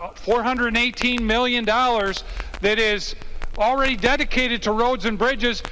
but four hundred and eighteen million dollars that is already dedicated to roads and bridges.